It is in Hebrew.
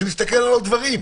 שמסתכל על עוד דברים.